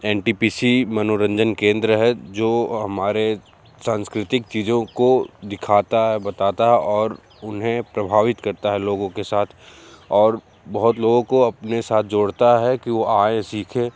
N T P C मनोरंजन केंद्र है जो हमारे सांस्कृतिक चीज़ों को दिखाता है बताता और उन्हें प्रभावित करता है लोगों के साथ और बहुत लोगों को अपने साथ जोड़ता है कि वह आए सीखे